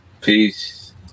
Peace